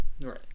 right